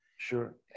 Sure